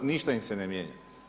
Ništa im se ne mijenja.